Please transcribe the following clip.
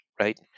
right